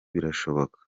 birashoboka